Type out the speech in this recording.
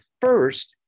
first